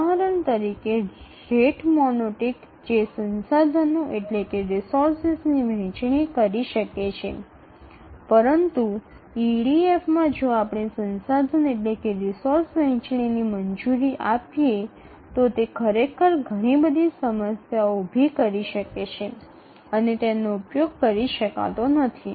উদাহরণস্বরূপ ভাগ করে নেওয়া সংস্থানগুলি হ্যান্ডেল করার জন্য একঘেয়েমি হার বাড়ানো যেতে পারে তবে EDF এ যদি আমরা সংস্থান ভাগ করার অনুমতি দিই এটি সত্যই অনেকগুলি সমস্যা তৈরি করে এবং এটি ব্যবহার করা যায় না